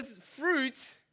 fruit